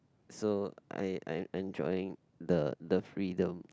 so I I'm enjoying the the freedom